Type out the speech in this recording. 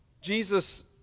Jesus